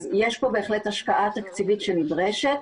אז יש פה בהחלט השקעה תקציבית שנדרשת